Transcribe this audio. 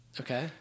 Okay